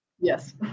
Yes